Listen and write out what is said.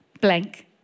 blank